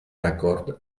acord